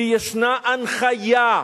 כי ישנה הנחיה.